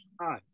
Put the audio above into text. Hi